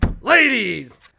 Ladies